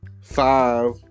five